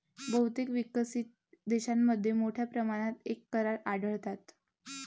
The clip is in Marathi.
बहुतेक विकसित देशांमध्ये मोठ्या प्रमाणात कर करार आढळतात